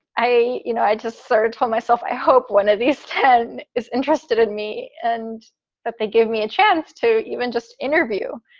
i you know. i just sort of told myself i hope one of these ten is interested in me and that they give me a chance to even just interview.